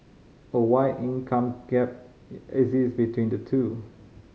a wide income gap exists between the two